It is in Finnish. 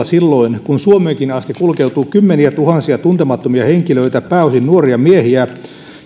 silloin kun suomeenkin asti kulkeutuu kymmeniätuhansia tuntemattomia henkilöitä pääosin nuoria miehiä